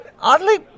Oddly